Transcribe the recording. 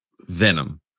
Venom